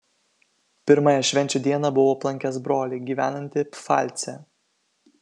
pirmąją švenčių dieną buvau aplankęs brolį gyvenantį pfalce